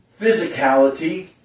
physicality